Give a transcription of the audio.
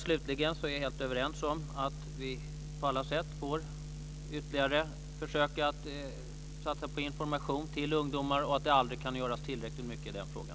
Slutligen är vi helt överens om att vi på alla sätt ytterligare får försöka satsa på information till ungdomar. Det kan aldrig göras tillräckligt mycket i den frågan.